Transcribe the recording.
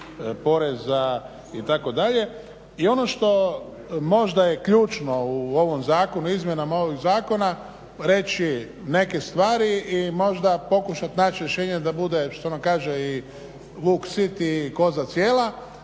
poreza itd. I ono što možda je ključno u izmjenama ovog zakona reći neke stvari i možda pokušati naći rješenje da bude što se ono kaže i vuk sit i koza cijela.